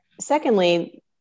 secondly